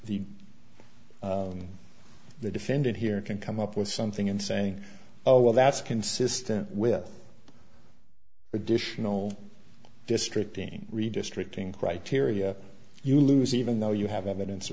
the the defendant here can come up with something and saying oh well that's consistent with the additional district being redistricting criteria you lose even though you have evidence of